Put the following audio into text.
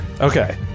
Okay